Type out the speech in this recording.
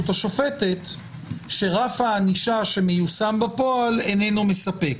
השופטת שרף הענישה שמיושם בפועל אינו מספק.